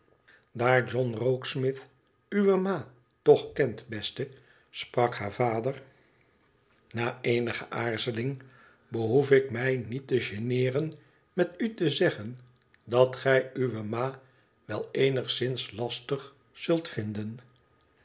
daar john rokesmith uwe ma toch kent beste sprak haar vader na eenige aarzeling i behoef ik mij niet te geneeren met u te zeggen dat gij uwe ma wel eenigszins lastig zult vinden